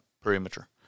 perimeter